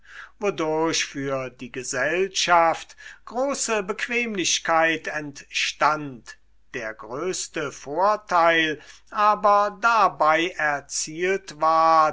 wodurch für die gesellschaft große bequemlichkeit entstand der größte vorteil aber dabei erzielt ward